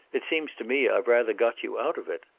it seems to me i've rather got you out of it.